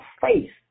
faith